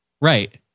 Right